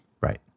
Right